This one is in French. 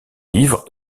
livre